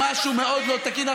שמשהו מאוד לא תקין.